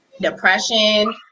depression